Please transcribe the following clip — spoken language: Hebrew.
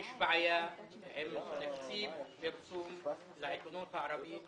יש בעיה עם תקציב פרסום לעיתונות הערבית